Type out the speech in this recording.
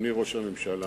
אדוני ראש הממשלה,